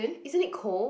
isn't it cold